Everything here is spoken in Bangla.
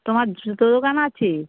তোমার জুতো দোকান আছে